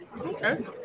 Okay